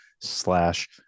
slash